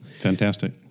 Fantastic